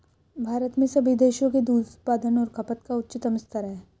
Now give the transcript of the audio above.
भारत में सभी देशों के दूध उत्पादन और खपत का उच्चतम स्तर है